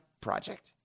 project